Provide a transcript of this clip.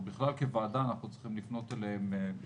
שכוועדה אנחנו צריכים לפנות לאנשי מס רכוש,